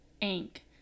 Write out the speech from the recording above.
ink